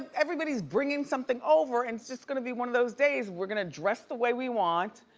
everybody's bringing something over and it's just gonna be one of those days, we're gonna dress the way we want,